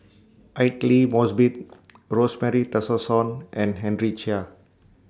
Aidli Mosbit Rosemary Tessensohn and Henry Chia